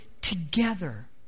together